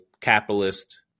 capitalist